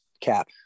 cap